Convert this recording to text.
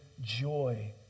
joy